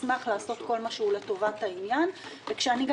נשמח לעשות כל מה שהוא לטובת העניין וכשאני גם